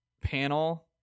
panel